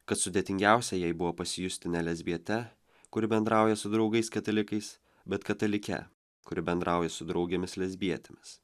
kad sudėtingiausia jai buvo pasijusti ne lesbiete kuri bendrauja su draugais katalikais bet katalike kuri bendrauja su draugėmis lesbietėmis